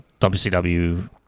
wcw